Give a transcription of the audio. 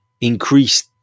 increased